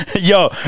Yo